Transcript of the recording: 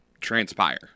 transpire